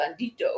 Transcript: bandito